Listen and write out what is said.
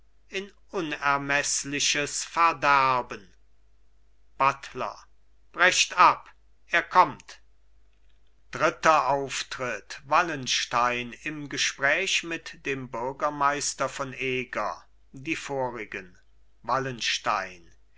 in unermeßliches verderben buttler brecht ab er kommt dritter auftritt wallenstein im gespräch mit dem bürgermeister von eger die vorigen wallenstein